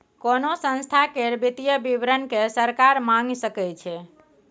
कोनो संस्था केर वित्तीय विवरण केँ सरकार मांगि सकै छै